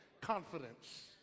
Confidence